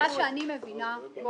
ממה שאני מבינה פה,